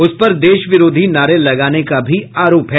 उसपर देश विरोधी नारे लगाने का भी आरोप है